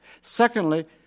Secondly